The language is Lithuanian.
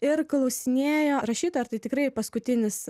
ir klausinėjo rašytoja ar tai tikrai paskutinis